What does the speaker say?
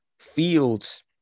Fields